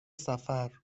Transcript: سفر